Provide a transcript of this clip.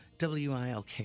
WILK